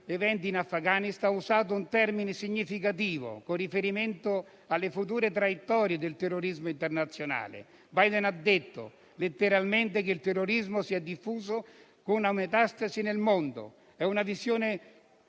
Biden ha usato un termine significativo con riferimento alle future traiettorie del terrorismo internazionale. Ha detto letteralmente che il terrorismo si è diffuso come una metastasi nel mondo. È una visione